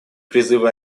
призывы